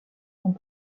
font